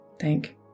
Thank